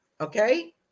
okay